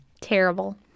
Terrible